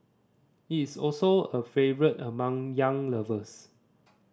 it is also a favourite among young lovers